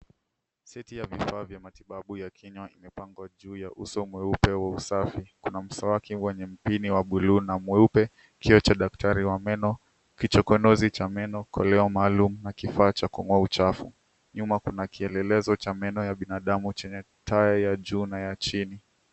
Seti ya vifaa vya matibabu ya kinywa imepangwa juu ya uso mweupe wa usafi. Kuna mswaki wenye mpini wa bluu na mweupe, kioo cha daktari wa meno, kichokonozi cha meno, koleo maalum na kifaa cha kung'oa uchafu. Nyuma kuna kielelezo cha meno ya binadamu chenye taya ya juu na ya chini.